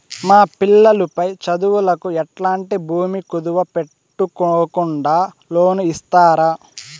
మా పిల్లలు పై చదువులకు ఎట్లాంటి భూమి కుదువు పెట్టుకోకుండా లోను ఇస్తారా